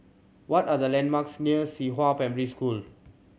what are the landmarks near Qihua Primary School